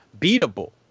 beatable